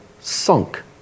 sunk